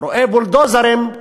רואה בולדוזרים,